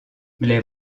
les